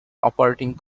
operating